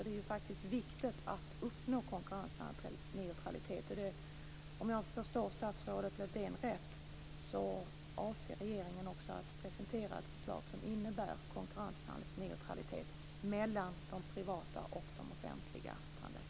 Det är faktiskt viktigt att uppnå konkurrensneutralitet. Om jag förstår statsrådet Lövdén rätt avser också regeringen att presentera ett förslag som innebär konkurrensneutralitet mellan de privata och de offentliga tandläkarna.